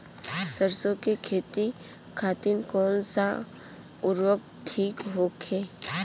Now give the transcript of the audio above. सरसो के खेती खातीन कवन सा उर्वरक थिक होखी?